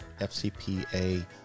FCPA